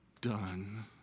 done